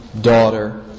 daughter